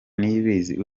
niyibizi